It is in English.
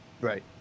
Right